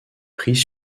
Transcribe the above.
pris